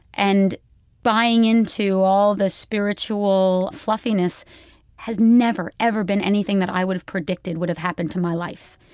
and buying into all the spiritual fluffiness has never, ever been anything that i would've predicted would've happened to my life.